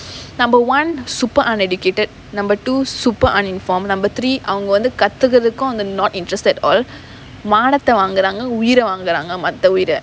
number one super uneducated number two super uninformed number three அவங்க வந்து கத்துக்குறதுக்கும் அந்த:avanga vanthu kathukurathukkum antha not interested all மானத்த வாங்குறாங்க உயிர வாங்குறாங்க மத்த உயிர:maanatha vaanguraanga uyira vaanguraanga matha uyira